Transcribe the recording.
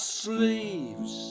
sleeves